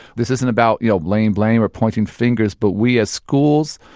this isn't about, you know, laying blame or pointing fingers. but we as schools,